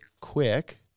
quick